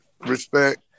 respect